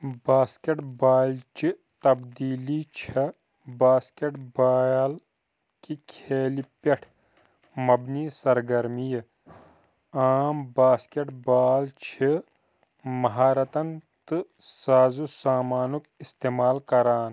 basket بالہِ چہِ تبدیٖلی چھےٚ باسکٮ۪ٹ بال کہِ کھیلہِ پٮ۪ٹھ مبنی سرگرمیہِ عام باسکٮ۪ٹ بال چھِ مہارتن تہٕ سازو سامانُک اِستعمال کَران